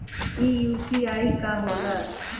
ई यू.पी.आई का होला?